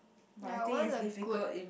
ya I want a good